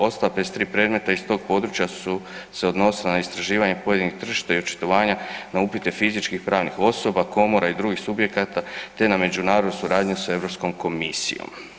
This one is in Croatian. Ostala 53 predmeta iz tog područja su se odnosila na istraživanja pojedinih tržišta i očitovanja na upite fizičkih pravnih osoba, komora i drugih subjekata te na međunarodnoj suradnji sa Europskom komisijom.